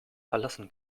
verlassen